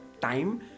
time